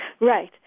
Right